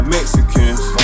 Mexicans